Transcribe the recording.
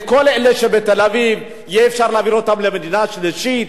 שאת כל אלה שבתל-אביב יהיה אפשר להעביר למדינה שלישית.